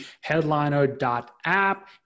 headliner.app